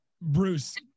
Bruce